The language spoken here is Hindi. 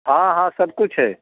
हाँ हाँ सब कुछ है